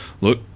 look